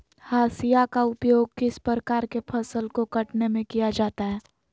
हाशिया का उपयोग किस प्रकार के फसल को कटने में किया जाता है?